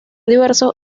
diversos